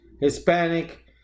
Hispanic